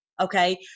Okay